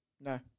No